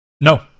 No